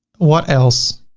what else,